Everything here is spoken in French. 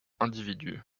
individus